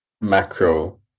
macro